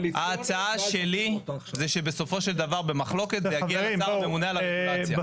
ההצעה שלי זה שבסופו של דבר במחלוקת זה יגיע לשר הממונה על הרגולציה.